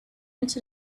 into